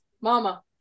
Mama